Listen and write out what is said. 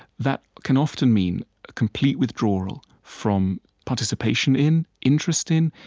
that can often mean complete withdrawal from participation in, interest in,